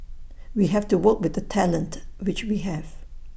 we have to work with the talent which we have